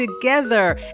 together